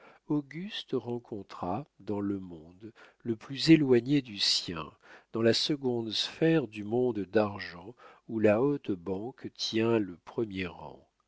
auguste rencontra dans le monde le plus éloigné du sien dans la seconde sphère du monde d'argent où la haute banque tient le premier rang